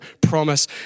promise